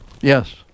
yes